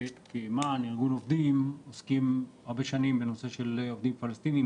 כמען ארגון עובדים עוסקים הרבה שנים בנושא של עובדים פלסטינים,